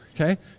Okay